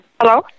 Hello